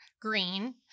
green